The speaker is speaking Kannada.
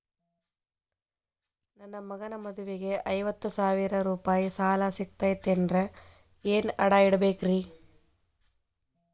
ನನ್ನ ಮಗನ ಮದುವಿಗೆ ಐವತ್ತು ಸಾವಿರ ರೂಪಾಯಿ ಸಾಲ ಸಿಗತೈತೇನ್ರೇ ಏನ್ ಅಡ ಇಡಬೇಕ್ರಿ?